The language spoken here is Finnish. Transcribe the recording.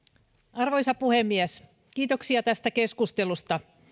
arvoisa puhemies kiitoksia tästä keskustelusta